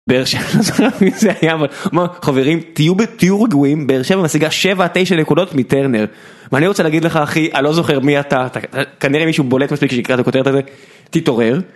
באר-שבע מ... חברים, תהיו ב...תהיו רגועים, באר שבע משיגה שבע עד תשע נקודות מטרנר. ואני רוצה להגיד לך אחי, אני לא זוכר מי אתה, אתה כנראה מישהו בולט מה שנקרא כשאתה כותב את הזה: תתעורר.